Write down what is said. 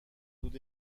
حدود